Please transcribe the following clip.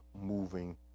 moving